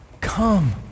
come